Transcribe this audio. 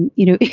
you know,